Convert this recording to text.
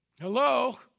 Hello